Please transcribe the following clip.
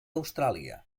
austràlia